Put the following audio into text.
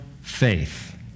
faith